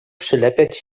przylepiać